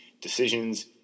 decisions